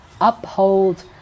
uphold